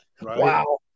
wow